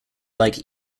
like